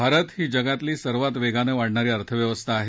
भारत ही जगातली सर्वात वेगाने वाढणारी अर्थव्यवस्था आहे